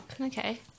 Okay